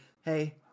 hey